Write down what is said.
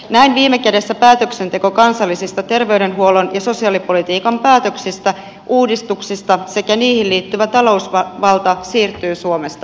näin viime kädessä päätöksenteko kansallisista terveydenhuollon ja sosiaalipolitiikan päätöksistä uudistuksista sekä niihin liittyvä talousvalta siirtyy suomesta pois